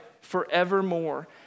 forevermore